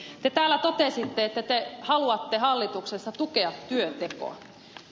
te täällä totesitte että te haluatte hallituksessa tukea työntekoa